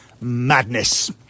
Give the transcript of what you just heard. madness